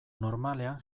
normalean